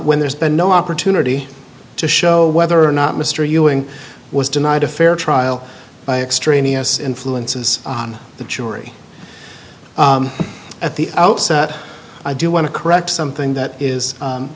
when there's been no opportunity to show whether or not mr ewing was denied a fair trial by extraneous influences on the jury at the outset i do want to correct something that is